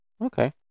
Okay